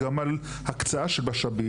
גם על הקצאה של משאבים,